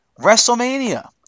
WrestleMania